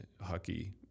hockey